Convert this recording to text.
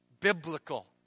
biblical